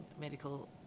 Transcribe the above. medical